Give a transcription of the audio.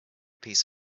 piece